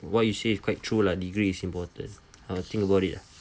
what you say is quite true lah degree is important I'll think about it lah